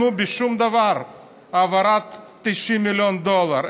לא התנו בשום דבר העברת 90 מיליון דולר.